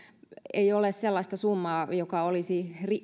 ei ole sellaista summaa joka olisi